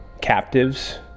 captives